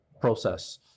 process